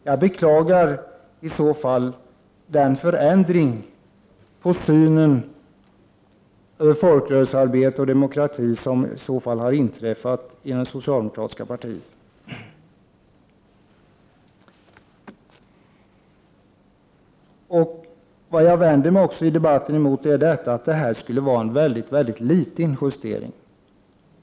Jag beklagar i så fall denna förändring av synen på folkrörelsearbete och demokrati i det socialdemokratiska partiet. Jag vänder mig också emot att man i debatten säger att det här skulle vara fråga om en väldigt liten justering.